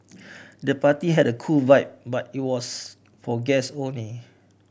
the party had a cool vibe but it was for guests only